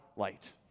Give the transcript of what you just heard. Light